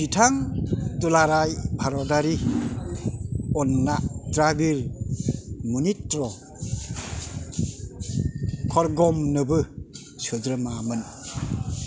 बिथां दुलाराय भारतआरि अन्ना द्राविर मुनित्र करगमनोबो सोद्रोमामोन